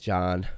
John